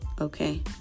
Okay